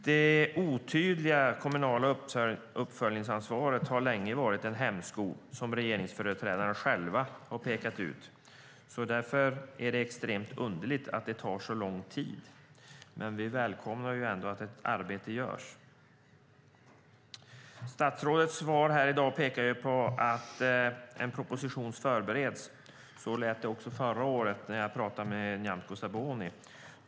Det otydliga kommunala uppföljningsansvaret har länge varit en hämsko som regeringsföreträdarna själva pekat ut. Därför är det mycket underligt att det tar så lång tid. Vi välkomnar dock att ett arbete görs. Statsrådets svar pekar på att en proposition förbereds. Så lät det även förra året när jag debatterade med Nyamko Sabuni.